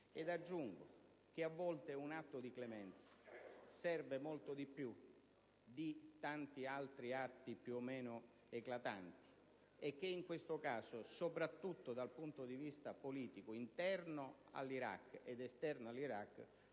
Aggiungo che a volte un atto di clemenza serve molto di più di tanti altri atti più o meno eclatanti, e che in questo caso, soprattutto dal punto di vista politico, interno ed esterno all'Iraq,